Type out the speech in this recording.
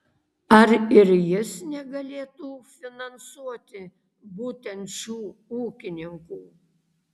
ar ir jis negalėtų finansuoti būtent šių ūkininkų